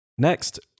Next